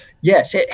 Yes